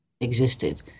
existed